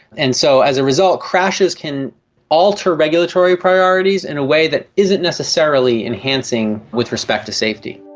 and so as a result, crashes can alter regulatory priorities in a way that isn't necessarily enhancing with respect to safety.